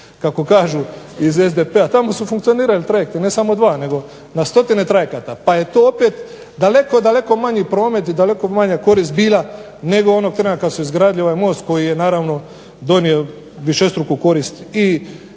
kako su rekli iz SDP-a, tamo su funkcionirali trajekti ne samo dva nego na stotine trajekata, pa je to opet daleko manji promet, daleko manja korist bila nego onog trena kada su izgradili most koji je naravno donio višestruku korist,